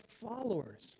followers